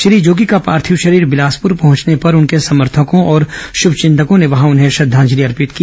श्री जोगी का पार्थिव शरीर बिलासपुर पहुंचने पर उनके समर्थकों और श्मचिंतकों ने श्रद्धांजलि अर्पित की